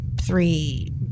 three